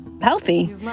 healthy